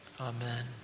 Amen